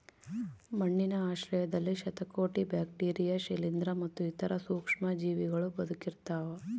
ಮಣ್ಣಿನ ಆಶ್ರಯದಲ್ಲಿ ಶತಕೋಟಿ ಬ್ಯಾಕ್ಟೀರಿಯಾ ಶಿಲೀಂಧ್ರ ಮತ್ತು ಇತರ ಸೂಕ್ಷ್ಮಜೀವಿಗಳೂ ಬದುಕಿರ್ತವ